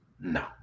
No